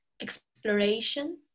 exploration